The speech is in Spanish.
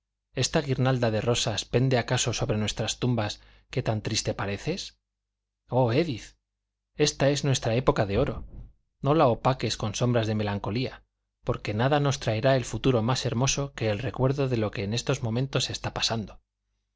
esta guirnalda de rosas pende acaso sobre nuestras tumbas que tan triste apareces oh édith ésta es nuestra época de oro no la opaques con sombras de melancolía porque nada nos traerá el futuro más hermoso que el recuerdo de lo que en estos momentos está pasando